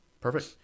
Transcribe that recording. Perfect